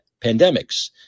pandemics